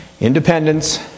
independence